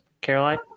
Caroline